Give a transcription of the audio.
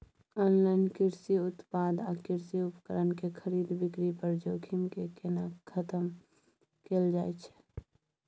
Online कृषि उत्पाद आ कृषि उपकरण के खरीद बिक्री पर जोखिम के केना खतम कैल जाए छै?